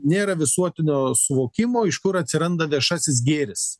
nėra visuotinio suvokimo iš kur atsiranda viešasis gėris